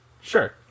Sure